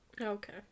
Okay